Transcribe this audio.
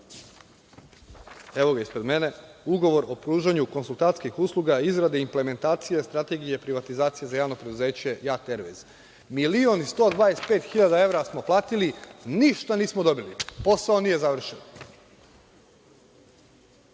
Evo ispred mene, ugovor o pružanju konsultantskih usluga, izrade i implementacije strategije privatizacije za javno preduzeće JAT ervejz. Milion i 125 hiljada evra smo platili. Ništa nismo dobili. Posao nije završen. Dve